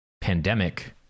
pandemic